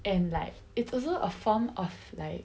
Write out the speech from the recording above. and like it's also a form of like